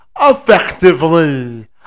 effectively